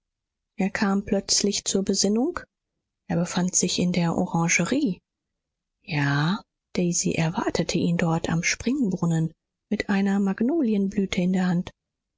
er kam plötzlich zur besinnung er befand sich in der orangerie ja daisy erwartete ihn dort am springbrunnen mit einer magnolienblüte in der hand